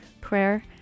prayer